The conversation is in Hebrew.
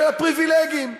של הפריבילגים,